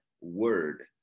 Word